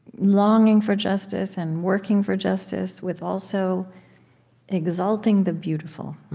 longing for justice and working for justice with also exalting the beautiful